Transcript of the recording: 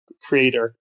creator